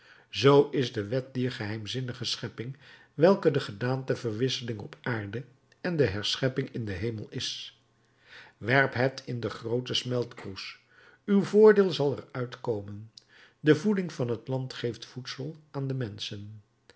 zoo is de wet dier geheimzinnige schepping welke de gedaanteverwisseling op aarde en de herschepping in den hemel is werp het in den grooten smeltkroes uw voordeel zal er uitkomen de voeding van het land geeft voedsel aan de menschen